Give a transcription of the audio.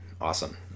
Awesome